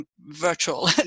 virtual